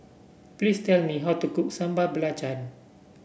please tell me how to cook Sambal Belacan